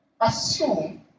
assume